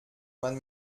man